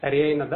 సరియైనధా